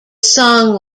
song